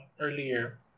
earlier